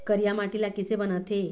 करिया माटी ला किसे बनाथे?